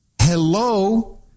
Hello